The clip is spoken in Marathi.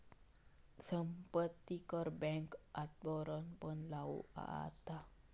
संपत्ती कर बँक खात्यांवरपण लागू होता